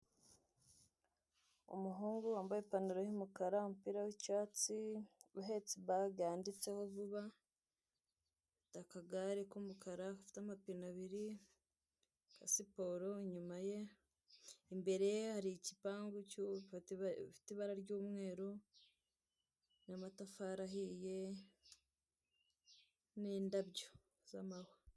Umuhungu wambaye ipantaro y'umukara, umupira w'icyatsi uhetse ibaga yanditseho vuba, akagare k'umukara gafite amapine abiri ka siporo inyuma ye, imbere ye hari igipangu gifite ibara ry'umweru n' amatafari ahiye n'indabyo z'amahwa .